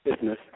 business